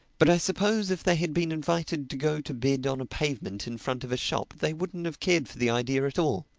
but i suppose if they had been invited to go to bed on a pavement in front of a shop they wouldn't have cared for the idea at all.